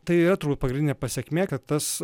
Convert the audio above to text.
tai yra turbūt pagrindinė pasekmė kad tas